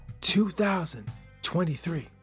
2023